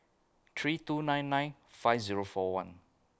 three two nine nine five Zero four one